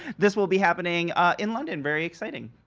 this will be happening in london, very exciting.